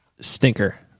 stinker